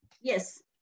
Yes